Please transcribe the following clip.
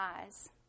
eyes